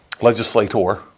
legislator